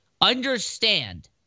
Understand